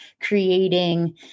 creating